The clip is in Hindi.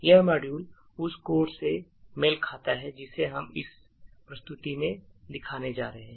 यह मॉड्यूल उस कोड से मेल खाता है जिसे हम इस प्रस्तुति में देखने जा रहे हैं